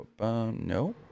no